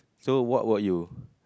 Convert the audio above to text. so what about you